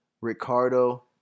Ricardo